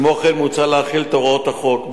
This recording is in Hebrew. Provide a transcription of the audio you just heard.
כמו כן מוצע להחיל את הוראות החוק,